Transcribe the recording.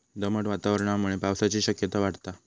दमट वातावरणामुळे पावसाची शक्यता वाढता